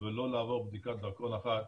ולא לעבור בדיקת דרכון אחת